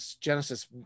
Genesis